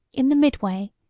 in the midway,